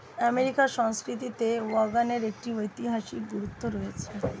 আমেরিকার সংস্কৃতিতে ওয়াগনের একটি ঐতিহাসিক গুরুত্ব রয়েছে